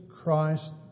Christ